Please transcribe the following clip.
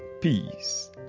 peace